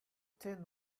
tin